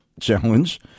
challenge